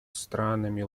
странами